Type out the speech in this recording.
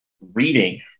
reading